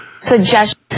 suggestion